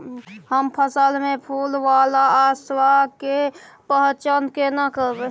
हम फसल में फुल वाला अवस्था के पहचान केना करबै?